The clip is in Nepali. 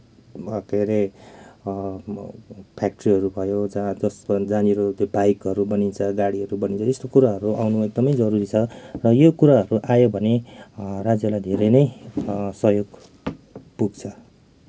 के अरे फ्याक्ट्रीहरू भयो जहाँ जस जहाँनिर त्यो बाइकहरू बनिन्छ गाडीहरू बनिन्छ यस्तो कुराहरू आउनु एकदमै जरुरी छ र यो कुराहरू आयो भने अँ राज्यलाई धेरै नै सहयोग पुग्छ